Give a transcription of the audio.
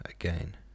again